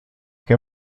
que